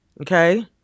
Okay